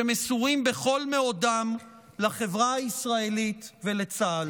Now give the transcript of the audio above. שמסורים בכל מאודם לחברה הישראלית ולצה"ל.